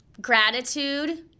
gratitude